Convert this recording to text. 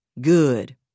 Good